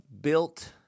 built